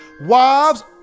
Wives